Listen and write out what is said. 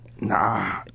Nah